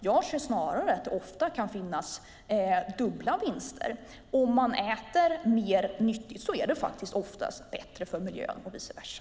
Jag anser att det ofta kan finnas dubbla vinster; om man äter mer nyttigt är det oftast bättre för miljön - och vice versa.